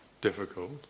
difficult